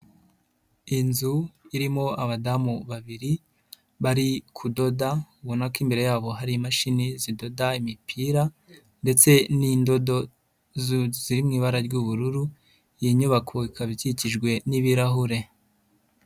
Inzu irimo abadamu babiri bari kudoda ubona ko imbere yabo hari imashini zidoda imipira ndetse n'indodo ziri mu ibara ry'ubururu, iyi nyubako ikaba ikikijwe n'ibirahure.